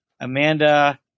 Amanda